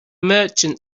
merchant